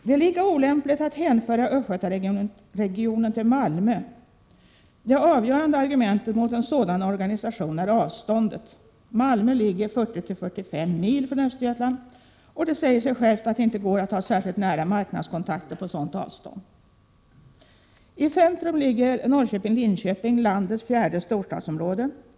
Det är lika olämpligt att hänföra Östgötaregionen till Malmö. Det avgörande argumentet mot en sådan organisation är avståndet. Malmö ligger 4045 mil från Östergötland, och det säger sig självt att det inte går att ha särskilt nära marknadskontakter på sådant avstånd. I centrum ligger Norrköping-Linköping — landets fjärde storstadsområde.